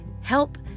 Help